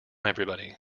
everybody